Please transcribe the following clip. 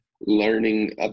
learning